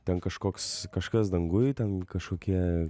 ten kažkoks kažkas danguj ten kažkokie